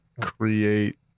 create